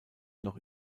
noch